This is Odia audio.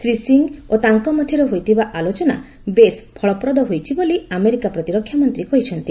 ଶ୍ରୀ ସିଂ ଓ ତାଙ୍କ ମଧ୍ୟରେ ହୋଇଥିବା ଆଲୋଚନା ବେଶ୍ ଫଳପ୍ରଦ ହୋଇଛି ବୋଲି ଆମେରିକାର ପ୍ରତିରକ୍ଷା ମନ୍ତ୍ରୀ କହିଛନ୍ତି